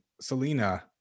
Selena